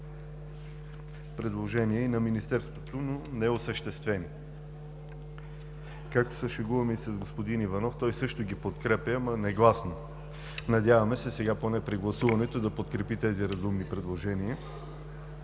предложения и на Министерството, но неосъществени. Както се шегуваме и с господин Иванов, той също ги подкрепя, но негласно. Надяваме се сега поне при гласуването да подкрепи тези разумни предложения.